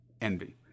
envy